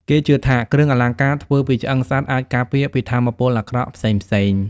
គេជឿថាគ្រឿងអលង្ការធ្វើពីឆ្អឹងសត្វអាចការពារពីថាមពលអាក្រក់ផ្សេងៗ។